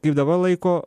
kaip dabar laiko